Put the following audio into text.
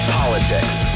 politics